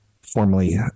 formally